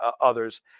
others